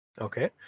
Okay